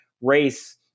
race